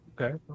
Okay